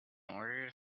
order